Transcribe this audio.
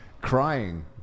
crying